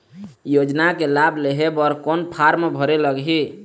योजना के लाभ लेहे बर कोन फार्म भरे लगही?